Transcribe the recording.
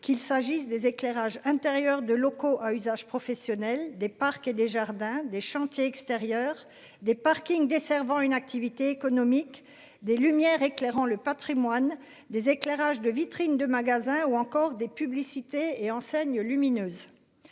qu'il s'agisse des éclairages intérieurs de locaux à usage professionnel des parcs et des jardins des chantiers extérieurs des parkings desservant une activité économique des lumières éclairant le Patrimoine, des éclairages de vitrines de magasins ou encore des publicités et enseignes lumineuses.